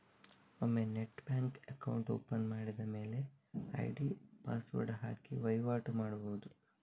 ಒಮ್ಮೆ net bank account open ಮಾಡಿದ ಮೇಲೆ ಐಡಿ ಪಾಸ್ವರ್ಡ್ ಹಾಕಿ ವೈವಾಟು ಮಾಡ್ಬಹುದು